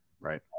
right